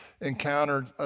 encountered